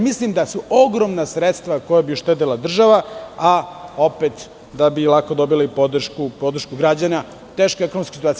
Mislim da su ogromna sredstva koja bi uštedela država, a opet da bi lako dobili podršku građana, teška ekonomska situacija.